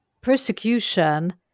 persecution